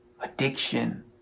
addiction